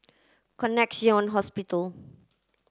Connexion Hospital